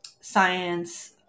science